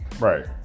Right